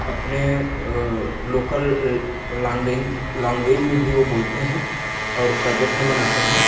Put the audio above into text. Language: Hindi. अपने लोकल लैंग्वेज लैंग्वेज में भी वो बोलते हैं और उसका जश्न मनाते हैं